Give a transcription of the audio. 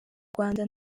rwanda